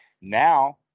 Now